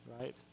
right